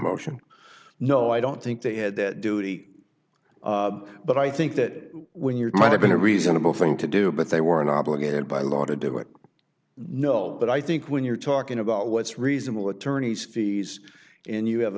motion no i don't think they had that duty but i think that when your might have been a reasonable thing to do but they were in obligated by law to do it no but i think when you're talking about what's reasonable attorneys fees and you have